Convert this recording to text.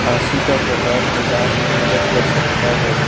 खाँसी का प्रकार निदान में मदद कर सकता है